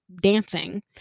dancing